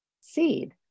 seed